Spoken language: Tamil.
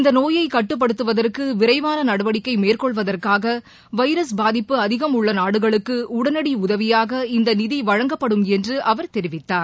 இந்த நோயை கட்டுப்படுத்துவதற்கு விரைவான நடவடிக்கை மேற்கொள்வதற்காக வைரஸ் பாதிப்பு அதிகம் உள்ள நாடுகளுக்கு உடனடி உதவியாக இந்த நிதி வழங்கப்படும் என்று அவர் தெரிவித்தார்